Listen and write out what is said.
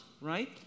right